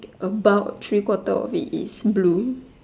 about three quarter of it is blue